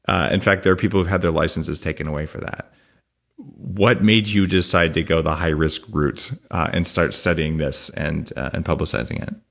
ah in fact, there are people who have their licenses taken away for that what made you decide to go the high-risk route and start studying this and and publicizing it?